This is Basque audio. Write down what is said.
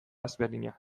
ezberdina